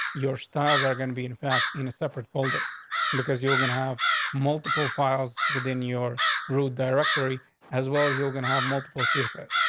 your styles are going to be in fact in a separate folder because you're gonna have multiple files within your root directory as well as you're gonna have multiple ceases.